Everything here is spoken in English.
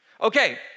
Okay